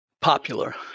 popular